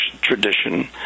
tradition